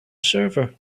server